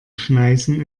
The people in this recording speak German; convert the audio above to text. schneisen